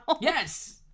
Yes